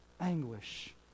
anguish